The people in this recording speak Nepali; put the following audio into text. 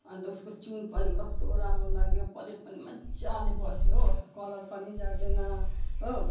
अनि त उसको चुन पनि कस्तो राम्रो लाग्यो प्लेट पनि मजाले बस्यो हो कलर पनि जाँदैन हो